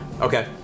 Okay